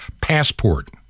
passport